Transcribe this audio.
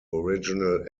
original